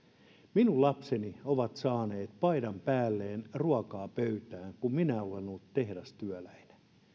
minun lapseni ovat saaneet paidan päälleen ja ruokaa pöytään kun minä olen ollut tehdastyöläinen